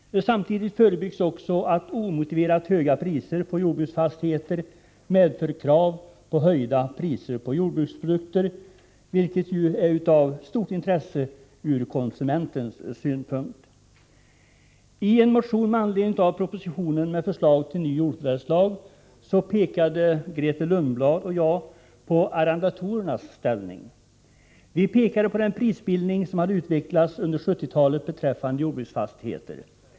Samtidigt förebyggs också att omotiverat höga priser på jordbruksfastigheter medför krav på höjda priser på jordbruksprodukter, vilket ju är av stort intresse ur konsumentens synpunkt. I en motion med anledning av propositionen med förslag till ny jordförvärvslag framhöll Grethe Lundblad och jag arrendatorernas ställning. Vi pekade på den prisbildning som hade utvecklats under 1970-talet beträffande jordbruksfastigheter.